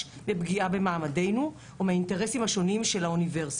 לפגיעה במעמדנו או באינטרסים השונים של האוניברסיטה.